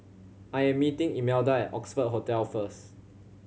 I am meeting Imelda at Oxford Hotel first